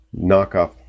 knockoff